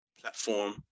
platform